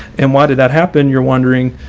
and why did that happen? you're wondering